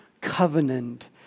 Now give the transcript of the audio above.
covenant